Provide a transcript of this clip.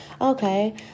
Okay